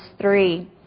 three